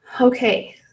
Okay